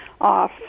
off